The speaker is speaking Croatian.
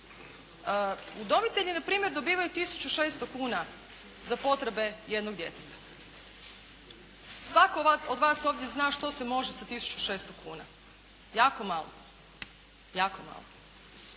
Udomitelji, na primjer, dobivaju tisuću 600 kuna za potrebe jednog djeteta. Svatko od vas ovdje zna što se može sa tisuću 600 kuna. Jako malo, jako malo.